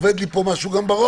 עובד לי פה משהו בראש,